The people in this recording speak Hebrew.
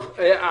טוב...